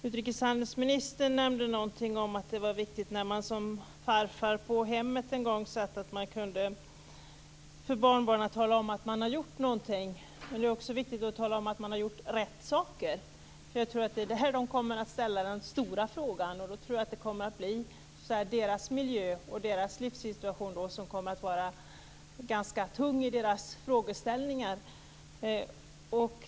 Utrikeshandelsministern nämnde någonting om att det var viktigt att man som farfar på hemmet en gång för barnbarnen kunde tala om att man har gjort någonting. Det är också viktigt att man har gjort rätt saker. Jag tror att det är där de kommer att ställa den stora frågan. Då tror jag att det kommer att bli deras miljö och deras livssituation som kommer att vara ganska tunga i deras frågor.